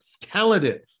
talented